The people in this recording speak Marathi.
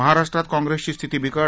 महाराष्ट्रात काँग्रेसची स्थिती बिकट